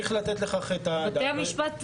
בתי המשפט,